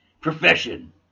profession